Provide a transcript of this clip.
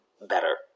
better